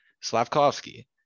Slavkovsky